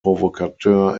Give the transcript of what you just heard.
provocateurs